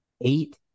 eight